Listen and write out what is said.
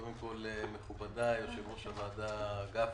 מכובדיי, יושב-ראש הוועדה גפני,